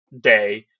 day